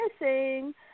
missing